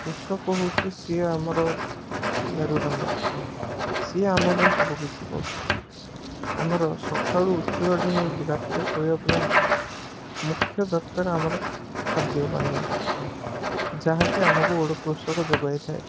କୃଷକ ହେଉଛି ସିଏ ଆମର ମେରୁଦଣ୍ଡ ସିଏ ଆମ ପାଇଁ ସବୁକିଛି କରୁଛି ଆମର ସକାଳୁ ଉଠିବାଠୁ ନେଇକି ରାତିରେ ଶୋଇବା ପର୍ଯ୍ୟନ୍ତ ମୁଖ୍ୟ ଦରକାର ଆମର ଖାଦ୍ୟ ପାନୀୟ ଯାହାକି ଆମକୁ ଗୋଟେ କୃଷକ ଯୋଗାଇ ଥାଏ